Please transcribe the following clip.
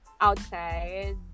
outside